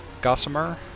Gossamer